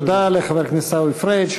תודה לחבר הכנסת עיסאווי פריג'.